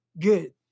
good